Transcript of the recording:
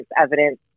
evidence